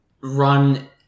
run